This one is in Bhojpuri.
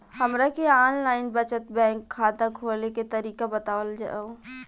हमरा के आन लाइन बचत बैंक खाता खोले के तरीका बतावल जाव?